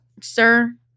sir